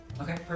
Okay